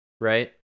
right